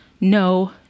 no